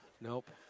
Nope